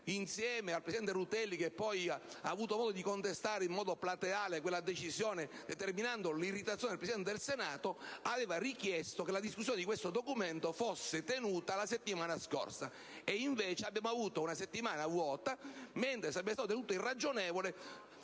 insieme al presidente Rutelli, che poi ha avuto modo di contestare in modo plateale quella decisione (determinando l'irritazione del Presidente del Senato), aveva richiesto che la discussione di questo documento fosse tenuta la settimana scorsa, mentre abbiamo avuto una settimana vuota. Al contrario, sarebbe stato del tutto irragionevole